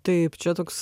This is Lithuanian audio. taip čia toks